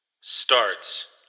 Starts